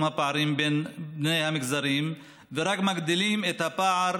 הפערים בין המגזרים ורק מגדילים את הפער